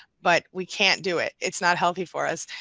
but we can't do it. it's not healthy for us?